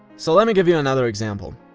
so let me give you another example.